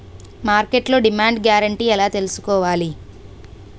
మార్కెట్లో demand guarantee ఎలా తెల్సుకోవాలి?